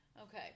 Okay